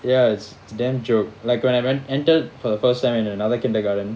ya is damn joke like when I en~ entered for the first time in another kindergarten